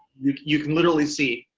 you can literally see.